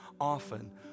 often